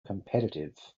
competitive